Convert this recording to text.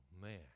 man